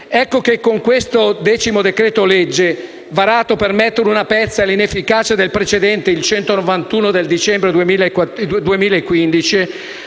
Ecco che questo decimo decreto-legge, varato per mettere una pezza all'inefficacia del precedente, il n. 191 del dicembre 2015,